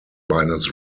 minus